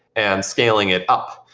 and scaling it up.